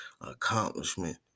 accomplishment